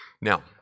Now